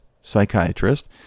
psychiatrist